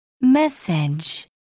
message